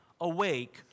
awake